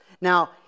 Now